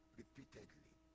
repeatedly